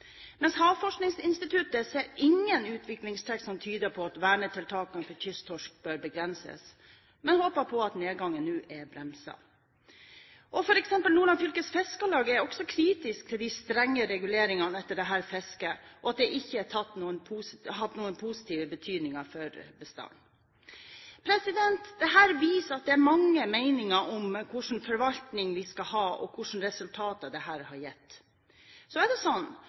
mens Havforskningsinstituttet ser ingen utviklingstrekk som tyder på at vernetiltakene for kysttorsk bør begrenses, men håper på at nedgangen nå er bremset. Og f.eks. Nordland Fylkes Fiskarlag er kritisk til de strenge reguleringene for dette fisket, og mener at det ikke har hatt noen positiv betydning for bestanden. Dette viser at det er mange meninger om hvilken forvaltning vi skal ha, og hvilke resultater dette har gitt. Så er det